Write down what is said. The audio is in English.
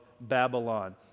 Babylon